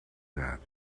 that